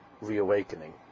reawakening